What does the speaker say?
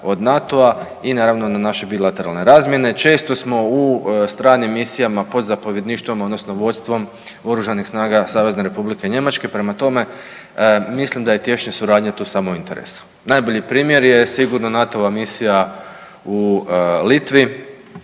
od NATO-a i naravno na naše bilateralne razmjene često smo u stranim misijama pod zapovjedništvom odnosno vodstvom oružanih snaga Savezne Republike Njemačke. Prema tome, mislim da je tješnja suradnja tu samo u interesu. Najbolji primjer je sigurno NATO-a misija u Litvi,